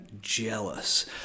jealous